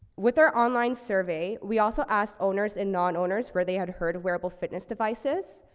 with our online survey, we also asked owners and non-owners where they had heard of wearable fitness devices.